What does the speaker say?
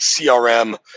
CRM